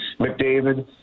McDavid